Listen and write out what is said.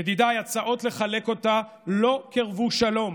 ידידיי, הצעות לחלק אותה לא קירבו שלום,